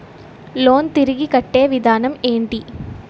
Loan తిరిగి కట్టే విధానం ఎంటి?